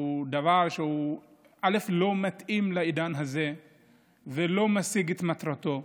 הוא דבר שלא מתאים לעידן הזה ולא משיג את מטרתו.